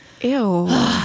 ew